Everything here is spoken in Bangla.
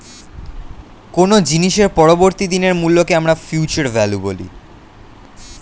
কোনো জিনিসের পরবর্তী দিনের মূল্যকে আমরা ফিউচার ভ্যালু বলি